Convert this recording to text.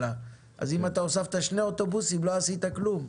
ככה שאם הוספת שני אוטובוסים בעצם לא עשית כלום.